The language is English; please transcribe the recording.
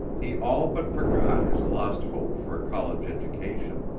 he all but forgot his lost hope for a college education.